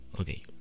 okay